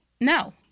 no